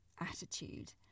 attitude